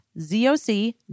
Z-O-C